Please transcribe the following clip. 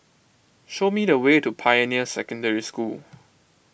show me the way to Pioneer Secondary School